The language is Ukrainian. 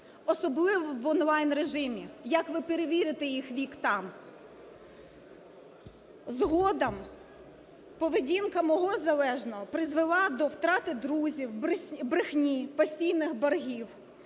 особливо в онлайн-режимі. Як ви перевірите їх вік там? Згодом поведінка мого залежного призвела до втрати друзів, брехні, постійних боргів.